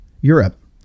Europe